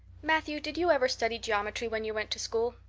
matthew, did you ever study geometry when you went to school?